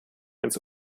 ins